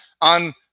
on